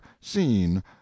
seen